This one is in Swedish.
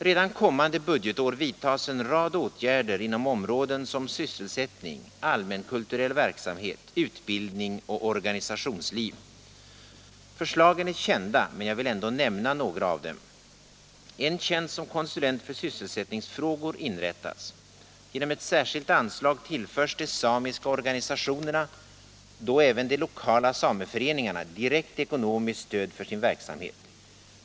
Redan kommande budgetår vidtas en rad åtgärder inom områden som sysselsättning, allmänkulturell verksamhet, utbildning och organisationsliv. Förslagen är kända, men jag vill ändå nämna några av dem. En tjänst som konsulent för sysselsättningsfrågor inrättas. Genom ett särskilt anslag tillförs de samiska organisationerna, och då även de lokala sameföreningarna, direkt ekonomiskt stöd för sin verksamhet.